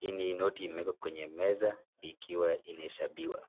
Hii ni noti ambayo imeekwa kwenye meza ikiwa inahesabiwa.